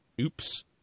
oops